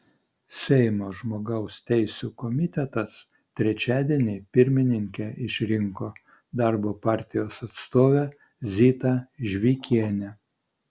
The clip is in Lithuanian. seimo žmogaus teisių komitetas trečiadienį pirmininke išrinko darbo partijos atstovę zitą žvikienę